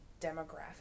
demographic